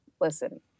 Listen